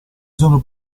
sono